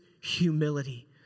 humility